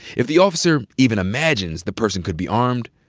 if the officer even imagines the person could be armed,